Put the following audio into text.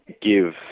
give